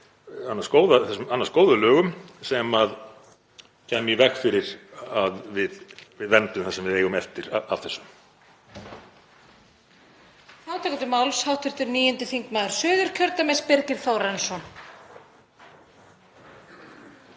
annars góðu lögum sem kæmu í veg fyrir að við verndum það sem við eigum eftir af þessu.